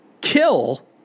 kill